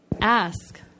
ask